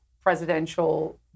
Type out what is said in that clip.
presidential